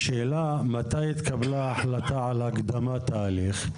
מתי התקבלה החלטה על הקדמת ההליך?